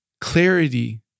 Clarity